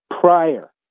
prior